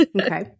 Okay